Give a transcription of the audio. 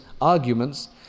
arguments